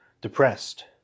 depressed